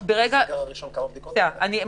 אענה.